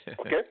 Okay